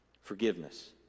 forgiveness